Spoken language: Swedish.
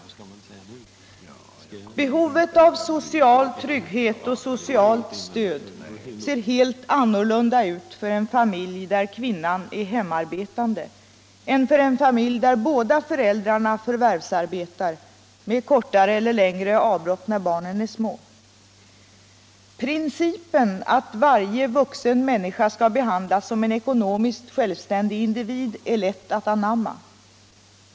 Behovet av social trygghet och socialt stöd ser helt annorlunda ut för en familj där kvinnan är hemarbetande än för en familj där båda föräldrarna förvärvsarbetar — med kortare eller längre avbrott när barnen är små. Principen att varje vuxen människa skall behandlas som en ekonomiskt självständig individ är lätt att anamma.